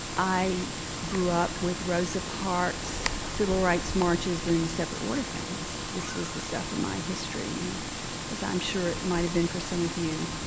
i grew up with rosa parks, civil rights' marches, and separate water fountains. this was the stuff of my history and as i'm sure it might have been for some of you.